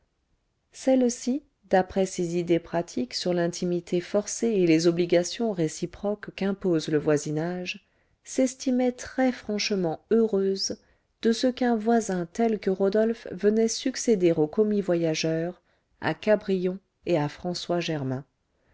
celle-ci d'après ses idées pratiques sur l'intimité forcée et les obligations réciproques qu'impose le voisinage s'estimait très franchement heureuse de ce qu'un voisin tel que rodolphe venait succéder au commis voyageur à cabrion et à françois germain